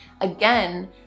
Again